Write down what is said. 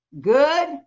Good